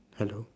hello